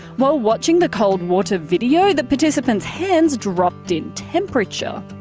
while watching the cold water video, the participants' hands dropped in temperature.